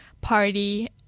party